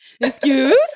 excuse